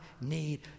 need